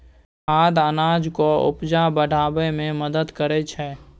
खाद अनाजक उपजा बढ़ाबै मे मदद करय छै